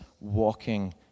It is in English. walking